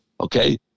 Okay